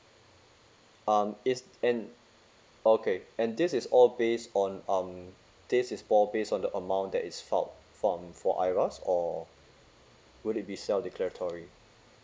um is and okay and this is all based on um this is all based on the amount that is filed from for IRAS or would it be self declaratory